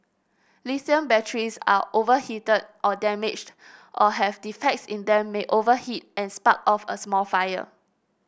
lithium batteries are overheated or damaged or have defects in them may overheat and spark off a small fire